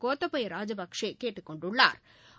கோத்தபய ராஜபக்சே கேட்டுக் கொண்டுள்ளாா்